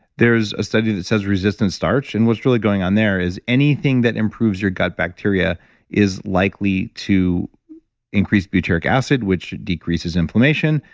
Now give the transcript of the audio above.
there's a study that says resistant starch, and what's really going on there, is anything that improves your gut bacteria is likely to increase butyric acid, which decreases inflammation,